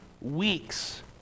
weeks